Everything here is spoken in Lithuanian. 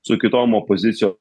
su kitom opozicijo